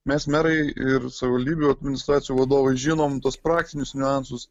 mes merai ir savivaldybių administracijų vadovai žinom tuos praktinius niuansus